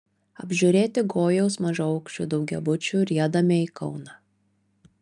apžiūrėti gojaus mažaaukščių daugiabučių riedame į kauną